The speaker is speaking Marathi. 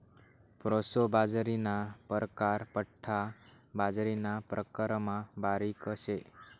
प्रोसो बाजरीना परकार बठ्ठा बाजरीना प्रकारमा बारीक शे